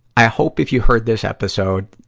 i hope, if you heard this episode,